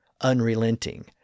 unrelenting